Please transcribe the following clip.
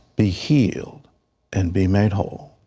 the healed and be made whole.